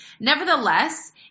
Nevertheless